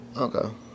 Okay